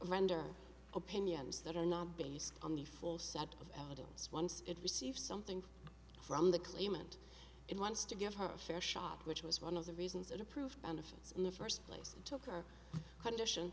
render opinions that are not based on the full set of evidence once it receives something from the claimant it wants to give her a fair shot which was one of the reasons that approved benefits in the first place took her condition